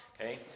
Okay